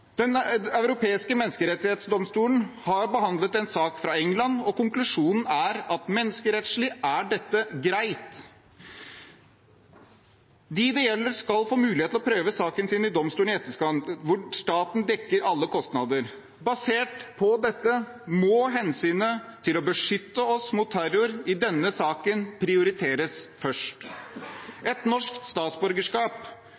Den europeiske menneskerettsdomstolen har behandlet en sak fra England, og konklusjonen er at menneskerettslig er dette greit. Dem det gjelder, skal få mulighet til å prøve saken i domstolen i etterkant, hvor staten dekker alle kostnader. Basert på dette må hensynet til å beskytte oss mot terror i denne saken prioriteres